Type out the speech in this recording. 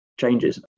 changes